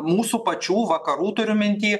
mūsų pačių vakarų turiu minty